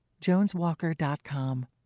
joneswalker.com